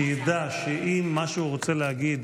שידע שאם מה שהוא רוצה להגיד